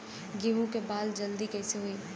गेहूँ के बाल जल्दी कईसे होई?